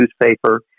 newspaper